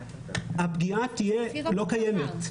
הפגיעה לא תהיה קיימת,